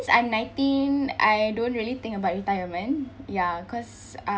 so I'm nineteen I don't really think about retirement ya cause